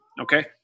okay